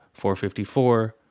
454